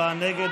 37 בעד, 54 נגד.